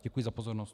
Děkuji za pozornost.